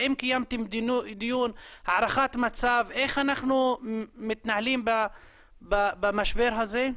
האם קיימת דיון הארכת מצב איך אנחנו מתנהלים במשבר הזה?